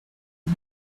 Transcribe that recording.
you